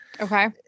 Okay